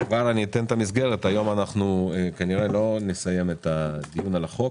היום כנראה לא נסיים את הדיון על החוק